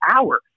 hours